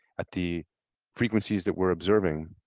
at the frequencies that we're observing,